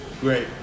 Great